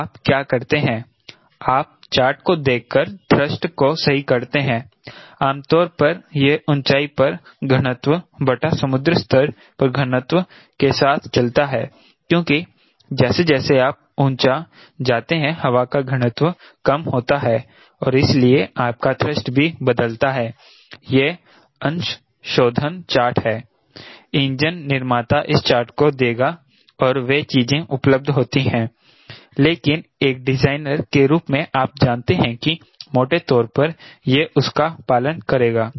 तो आप क्या करते हैं आप चार्ट को देखकर थ्रस्ट को सही करते हैं आमतौर पर यह ऊंचाई पर घनत्व बटा समुद्र स्तर पर घनत्व के साथ चलता है क्योंकि जैसे जैसे आप ऊंचा जाते हैं हवा का घनत्व कम होता है और इसीलिए आपका थ्रस्ट भी बदलता है ये अंशशोधन चार्ट हैं इंजन निर्माता इस चार्ट को देगा और वे चीजें उपलब्ध होती हैं लेकिन एक डिजाइनर के रूप में आप जानते हैं कि मोटे तौर पर यह उसका पालन करेगा